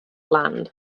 land